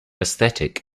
aesthetic